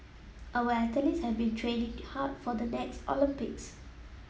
our athletes have been training hard for the next Olympics